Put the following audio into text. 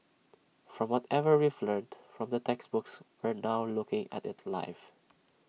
from whatever we've learnt from the textbooks we're now looking at IT live